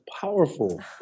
powerful